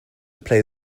play